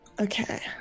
Okay